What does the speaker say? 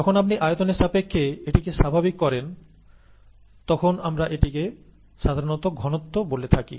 যখন আপনি আয়তনের সাপেক্ষে এটিকে স্বাভাবিক করেন তখন আমরা এটিকে সাধারণত ঘনত্ব বলে থাকি